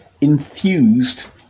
infused